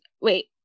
wait